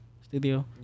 Studio